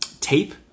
tape